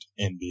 NBA